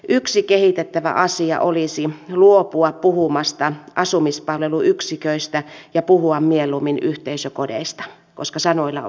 yksi kehitettävä asia olisi luopua puhumasta asumispalveluyksiköistä ja puhua mieluummin yhteisökodeista koska sanoilla on merkitystä